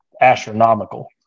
astronomical